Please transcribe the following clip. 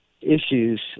issues